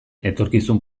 etorkizun